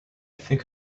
think